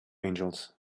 angels